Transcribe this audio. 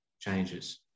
changes